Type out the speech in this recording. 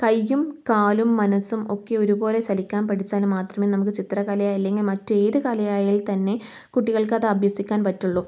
കയ്യും കാലും മനസ്സും ഒക്കെ ഒരുപോലെ ചലിക്കാൻ പഠിച്ചാൽ മാത്രമേ നമക്ക് ചിത്രകലയെ അല്ലെങ്കിൽ മറ്റേത് കലയായാൽ തന്നെ കുട്ടികൾക്കത് അഭ്യസിക്കാൻ പറ്റുള്ളൂ